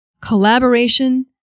collaboration